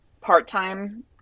part-time